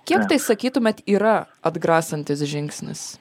kiek tai sakytumėt yra atgrasantis žingsnis